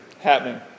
happening